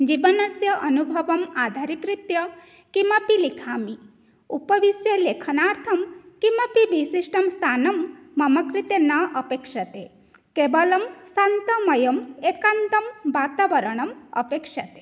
जीवनस्य अनुभवम् आधारीकृत्य किमपि लिखामि उपविश्य लेखानार्थं किमपि विशिष्टं स्थानं मम कृते न अपेक्ष्यते केवलं शान्तमयम् एकान्तं वातावरणम् अपेक्ष्यते